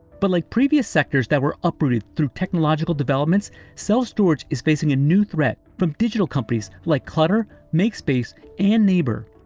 but like previous sectors that were uprooted through technological developments, self-storage is facing a new threat from digital companies like clutter, makespace and neighbor.